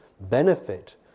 benefit